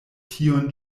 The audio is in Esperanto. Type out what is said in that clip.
tiun